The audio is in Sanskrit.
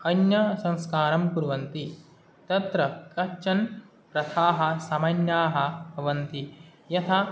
अन्यसंस्कारं कुर्वन्ति तत्र कश्चन प्रथाः सामान्याः भवन्ति यथा